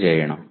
എന്തു ചെയ്യണം